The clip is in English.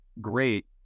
great